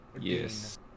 yes